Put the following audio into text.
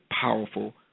powerful